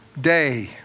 day